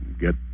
get